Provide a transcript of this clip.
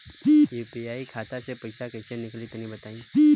UPI खाता से पइसा कइसे निकली तनि बताई?